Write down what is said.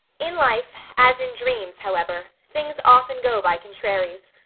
in life, as in dreams, however, things often go by contraries.